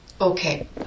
Okay